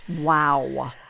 Wow